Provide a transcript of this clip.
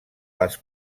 les